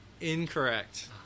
Incorrect